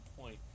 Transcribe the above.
point